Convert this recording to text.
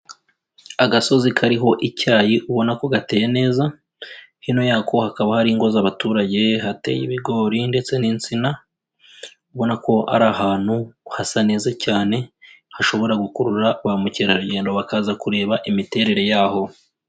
Agasozi kariho icyayi ubona ko gateye neza, hino yako hakaba hari ingo z'abaturage hateye ibigori ndetse n'insina, ubona ko ari ahantu hasa neza cyane hashobora gukurura ba mukerarugendo bakaza kureba imiterere yaho.